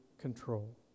control